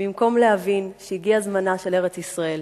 במקום להבין שהגיע זמנה של ארץ-ישראל,